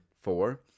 four